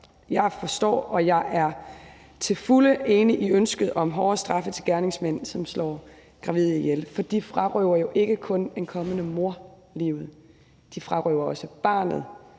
Jeg forstår det til fulde og er helt enig i ønsket om hårdere straffe til gerningsmænd, som slår gravide ihjel, for de frarøver jo ikke kun en kommende mor livet, de frarøver også barnet